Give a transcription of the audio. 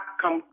come